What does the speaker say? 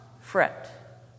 fret